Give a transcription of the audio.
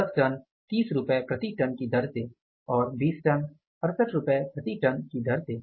10 ton 30 रूपए प्रति ton की दर से और 20 टन 68 रूपए प्रति टन की दर से